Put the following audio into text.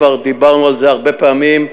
כבר דיברנו על זה הרבה פעמים.